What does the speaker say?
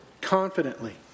confidently